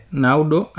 naudo